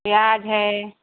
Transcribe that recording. प्याज है